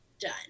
done